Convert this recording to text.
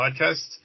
Podcast